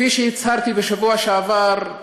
כפי שהצהרתי בשבוע שעבר,